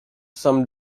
some